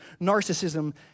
narcissism